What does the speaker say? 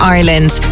Ireland